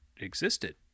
existed